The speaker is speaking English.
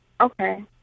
Okay